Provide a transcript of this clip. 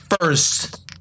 first